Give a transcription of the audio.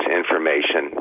information